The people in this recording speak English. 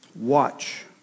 Watch